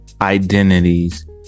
identities